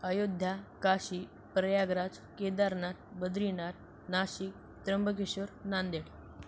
Ayodhya Kashi Prayagraj Kedarnath Badrinath Nashik Trimbakeshwar Nanded